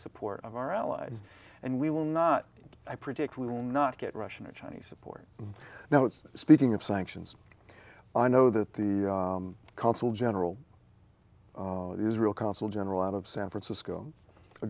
support of our allies and we will not and i predict we will not get russian or chinese support now it's speaking of sanctions i know that the consul general israel consul general out of san francisco a